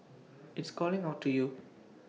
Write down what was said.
it's calling out to you